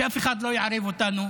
שאף אחד לא יערב אותנו,